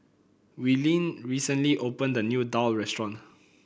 Willene recently opened a new daal restaurant